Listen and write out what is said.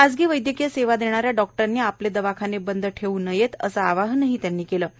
खासगी वैदयकीय सेवा देणाऱ्या डॉक्टरांनी आपले दवाखाने बंद ठेवू नयेत असं आवाहनही पवार यांनी केलं आहे